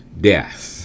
death